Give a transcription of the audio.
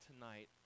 tonight